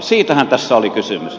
siitähän tässä oli kysymys